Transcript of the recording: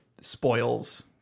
spoils